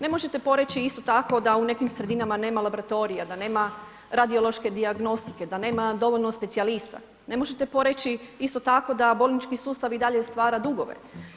Ne možete poreći, isto tako, da u nekim sredinama nema laboratorija, da nema, radiološke dijagnostike, da nema dovoljno specijalista, ne možete poreći, isto tako, da bolnički sustav i dalje stvara dugove.